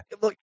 Look